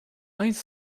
ice